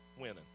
winning